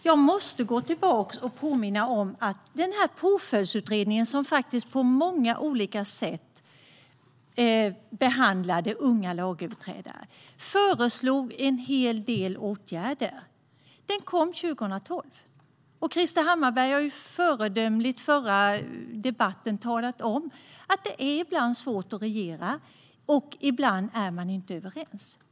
Jag måste gå tillbaka och påminna om att den påföljdsutredning som kom 2012 och som på många olika sätt behandlade unga lagöverträdare föreslog en hel del åtgärder. Krister Hammarbergh talade i den förra debatten på ett föredömligt sätt om att det ibland är svårt att regera och att man ibland inte är överens.